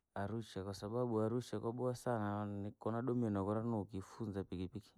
Arusha, kwasababu arusha kwaboowa saana niku koonadomire na kura nakifunza pikipiki.